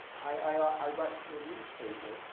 i write for a newspaper,